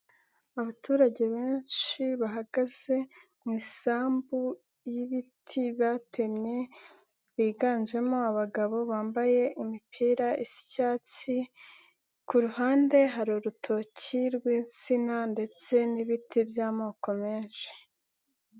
Abaturage benshi bahagaze mu isambu y'ibiti batemye, biganjemo abagabo bambaye imipira Iisa icyatsi, ku ruhande hari urutoki rw'insina ndetse n'ibiti by'amoko menshi.